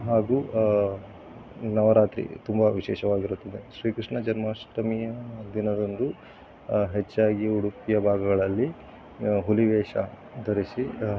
ಹಾಗು ನವರಾತ್ರಿ ತುಂಬ ವಿಶೇಷವಾಗಿರುತ್ತದೆ ಶ್ರೀಕೃಷ್ಣ ಜನ್ಮಾಷ್ಟಮಿಯ ದಿನದಂದು ಹೆಚ್ಚಾಗಿ ಉಡುಪಿಯ ಭಾಗಗಳಲ್ಲಿ ಹುಲಿ ವೇಷ ಧರಿಸಿ